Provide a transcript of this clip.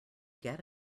get